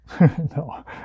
No